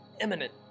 imminent